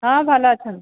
ହଁ ଭଲ ଅଛନ୍ତି